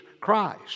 Christ